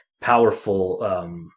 powerful